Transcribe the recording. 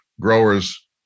growers